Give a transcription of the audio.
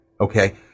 okay